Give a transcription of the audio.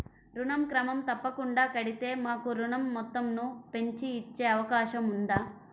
ఋణం క్రమం తప్పకుండా కడితే మాకు ఋణం మొత్తంను పెంచి ఇచ్చే అవకాశం ఉందా?